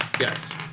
Yes